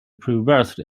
previously